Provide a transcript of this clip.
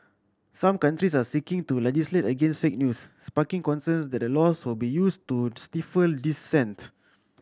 some countries are seeking to legislate against fake news sparking concerns that the laws will be used to stifle dissent